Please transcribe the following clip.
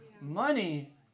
Money